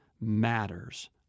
matters